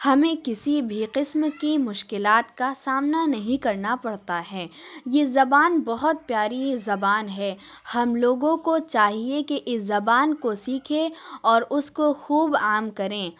ہمیں کسی بھی قسم کی مشکلات کا سامنا نہیں کرنا پڑتا ہے یہ زبان بہت پیاری زبان ہے ہم لوگوں کو چاہیے کہ اس زبان کو سیکھے اور اس کو خوب عام کریں